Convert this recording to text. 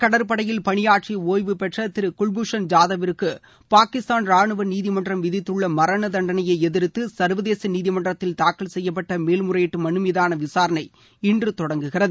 கடற்படையில் பணியாற்றி இந்திய ஒய்வு பெற்ற திரு குல்பூஷன் ஜாதவ் விற்கு பாகிஸ்தான் ரானுவ நீதிமன்றம் விதித்துள்ள மரண தண்டனையை எதிர்த்து சர்வதேச நீதிமன்றத்தில் தாக்கல் செய்யப்பட்ட மேல்முறையீட்டு மனு மீதான விசாரணை இன்று தொடங்குகிறது